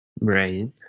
Right